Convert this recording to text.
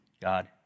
God